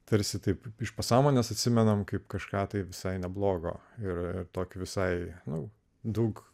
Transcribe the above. tarsi taip iš pasąmonės atsimename kaip kažką tai visai nebloga ir to visai nu daug